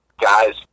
guy's